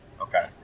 Okay